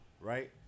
Right